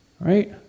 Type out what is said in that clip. right